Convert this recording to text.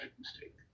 mistake